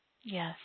Yes